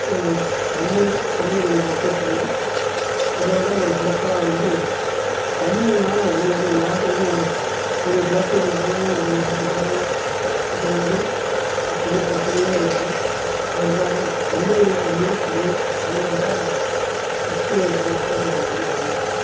தண்ணீர் தண்ணீருடைய முக்கிய பங்கு இதைவிட ஒரு சிறப்பாக வந்து தண்ணீருனால் இரு நா இரு இரு தேசங்களுக்கும் இரு நாட்டுக்கும் மற்றவங்களுக்கும் ஒரு பெரிய பிரச்சனையே வருது அதற்காக தான் தண்ணீர் தண்ணீர் தண்ணீர் தண்ணீரை விட முக்கிய சமாச்சாரம் வேறு எதுவுமே இல்லை